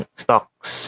stocks